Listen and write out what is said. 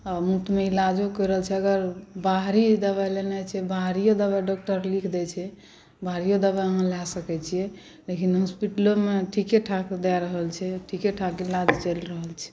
आ मुफ्तमे इलाजो करि रहल छै अगर बाहरी दबाइ लेने छै बाहरियो दबाइ डॉक्टर लिख दैत छै बाहरियो दबाइ अहाँ लए सकैत छियै लेकिन हॉस्पिटलोमे ठीके ठाक दए रहल छै ठीके ठाक इलाज चलि रहल छै